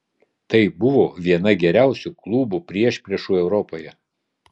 tai buvo viena geriausių klubų priešpriešų europoje